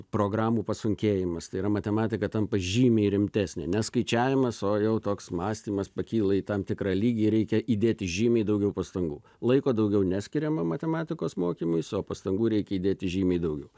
programų pasunkėjimas tai yra matematika tampa žymiai rimtesnė ne skaičiavimas o jau toks mąstymas pakyla į tam tikrą lygį reikia įdėti žymiai daugiau pastangų laiko daugiau neskiriama matematikos mokymuis o pastangų reikia įdėti žymiai daugiau